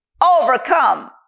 overcome